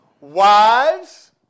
Wives